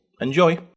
Enjoy